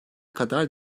kadar